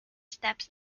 steps